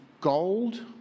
gold